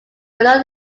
below